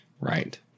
Right